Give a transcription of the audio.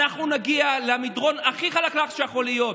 אנחנו נגיע למדרון הכי חלקלק שיכול להיות.